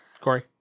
Corey